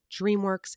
DreamWorks